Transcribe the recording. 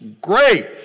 great